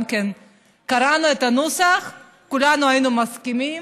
קראנו את הנוסח וכולנו הסכמנו,